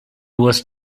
was